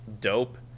dope